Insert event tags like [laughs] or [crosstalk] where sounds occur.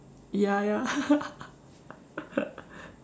ya ya [laughs]